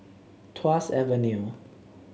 Tuas Avenue